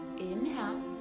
Inhale